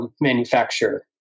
manufacturer